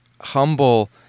humble